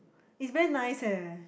he's very nice eh